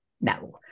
No